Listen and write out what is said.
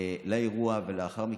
לאירוע, ולאחר מכן.